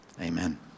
amen